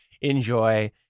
enjoy